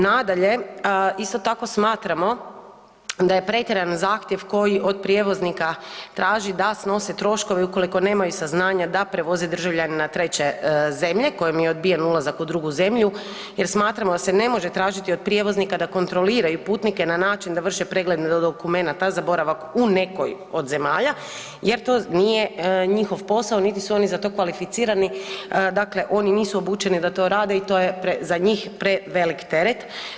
Nadalje, isto tako smatramo da je pretjeran zahtjev koji od prijevoznika traži da snose troškove ukoliko nemaju saznanja da prevoze državljanina treće zemlje kojem je odbijen ulazak u drugu zemlju jer smatramo da se ne može tražiti od prijevoznika da kontroliraju putnike na način da vrše pregled dokumenata za boravak u nekoj od zemalja jer to nije njihov posao niti su oni za to kvalificirani, dakle oni nisu obučeni da to rade i to je za njih prevelik teret.